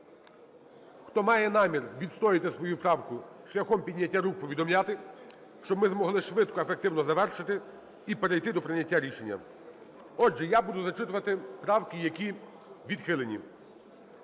хто має намір відстояти свою правку, шляхом підняття рук повідомляти, щоб ми змогли швидко, ефективно завершити і перейти до прийняття рішення. Отже, я буду зачитувати правки, які відхилені.